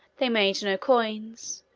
they made no coins,